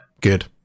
good